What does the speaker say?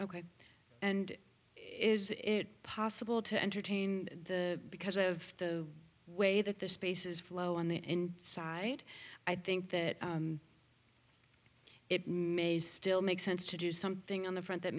ok and is it possible to entertain the because of the way that the spaces flow on the end side i think that it may still make sense to do something on the front that